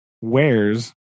wears